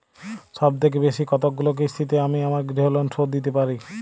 সবথেকে বেশী কতগুলো কিস্তিতে আমি আমার গৃহলোন শোধ দিতে পারব?